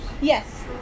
Yes